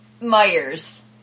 Myers